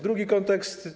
Drugi kontekst.